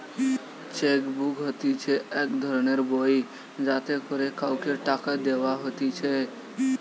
check book হতিছে এক ধরণের বই যাতে করে কাওকে টাকা দেওয়া হতিছে